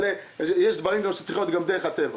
יש דברים שצריכים להיות גם דרך הטבע.